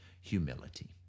humility